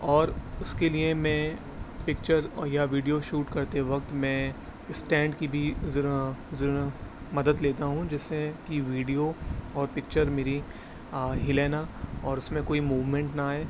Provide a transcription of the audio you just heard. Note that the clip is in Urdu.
اور اس کے لیے میں پکچر یا ویڈیو شوٹ کرتے وقت میں اسٹینڈ کی بھی ذرا ذرا مدد لیتا ہوں جس سے کہ ویڈیو اور پکچر میری ہلے نہ اور اس میں کوئی موومنٹ نہ آئے